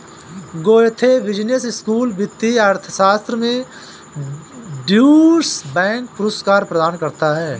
Goethe business school वित्तीय अर्थशास्त्र में ड्यूश बैंक पुरस्कार प्रदान करता है